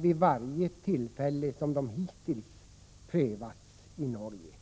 Vid varje tillfälle frågan hittills har prövats i Norge